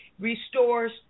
restores